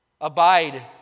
Abide